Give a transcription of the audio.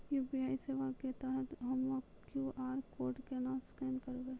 UPI सेवा के तहत हम्मय क्यू.आर कोड केना स्कैन करबै?